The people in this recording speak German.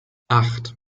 acht